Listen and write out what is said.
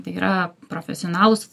tai yra profesionalūs